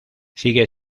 sigue